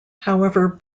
however